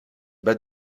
bas